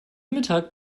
mittag